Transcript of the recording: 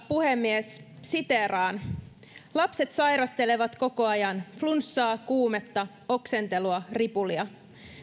puhemies lapset sairastelevat koko ajan flunssaa kuumetta oksentelua ripulia